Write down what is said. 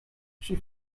she